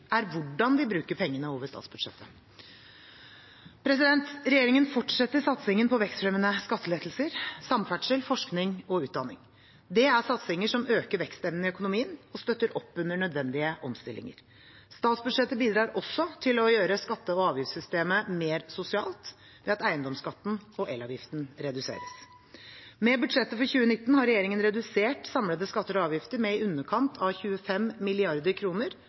er hvordan vi bruker pengene over statsbudsjettet. Regjeringen fortsetter satsingene på vekstfremmende skattelettelser, samferdsel, forskning og utdanning. Det er satsinger som øker vekstevnen i økonomien og støtter opp under nødvendige omstillinger. Statsbudsjettet bidrar også til å gjøre skatte- og avgiftssystemet mer sosialt ved at eiendomsskatten og elavgiften reduseres. Med budsjettet for 2019 har regjeringen redusert samlede skatter og avgifter med i underkant av 25